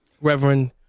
Reverend